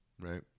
right